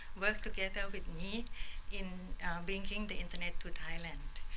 worked together with me in bringing the internet to thailand.